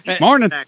Morning